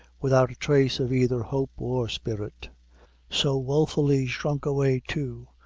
without a trace of either hope or spirit so wofully shrunk away too,